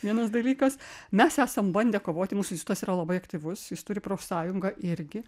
vienas dalykas mes esam bandę kovoti mūsų institutas yra labai aktyvus jis turi profsąjungą irgi